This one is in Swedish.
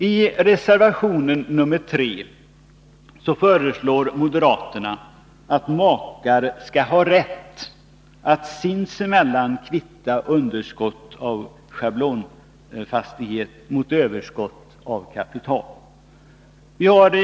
I reservation 3 föreslår moderaterna att makar skall ha rätt att sinsemellan kvitta underskott av schablontaxerad fastighet mot överskott av kapital.